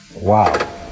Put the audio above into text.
Wow